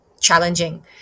challenging